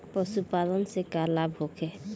पशुपालन से का लाभ होखेला?